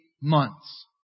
months